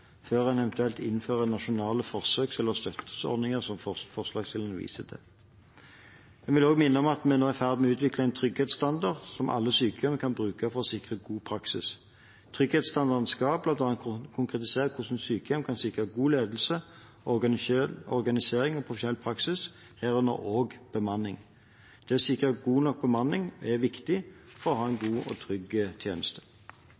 før en eventuelt innfører nasjonale forsøk eller støtteordninger, som forslagsstillerne viser til. Jeg vil også minne om at vi nå er i ferd med å utvikle en trygghetsstandard som alle sykehjem kan bruke for å sikre en god praksis. Trygghetsstandarden skal bl.a. konkretisere hvordan sykehjem kan sikre en god ledelse, organisering og profesjonell praksis, herunder bemanning. Det å sikre god nok bemanning er viktig for å ha en god og trygg tjeneste.